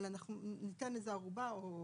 אבל ניתן ערובה או